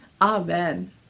Amen